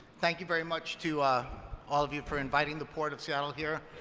thank you very much to all of you for inviting the port of seattle here.